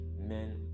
men